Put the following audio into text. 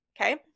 Okay